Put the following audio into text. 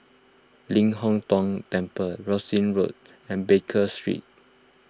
Ling Hong Tong Temple Rosyth Road and Baker Street